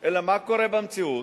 אלא מה קורה במציאות?